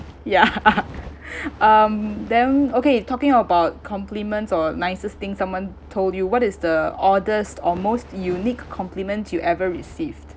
ya um then okay talking about compliments or nicest thing someone told you what is the oddest or most unique compliment you ever received